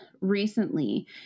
recently